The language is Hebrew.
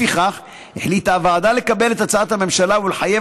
לפיכך החליטה הוועדה לקבל את הצעת הממשלה ולחייב